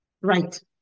Right